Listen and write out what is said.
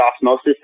osmosis